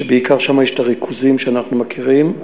שבעיקר שם יש הריכוזים שאנחנו מכירים.